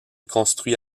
construit